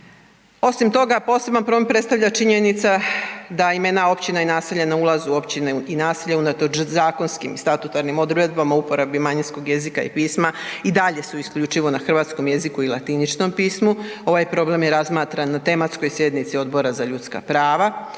Osim toga, poseban problem predstavlja činjenica da ima jedna općina i naselje na ulazu u općinu i naselje unatoč zakonskim statutarnim odredbama o uporabi manjinskog jezika i pisma, i dalje su isključivo na hrvatskom jeziku i latiničnom pismu, ovaj problem je razmatram na tematskoj sjednici Odbora za ljudska prava,